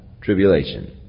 tribulation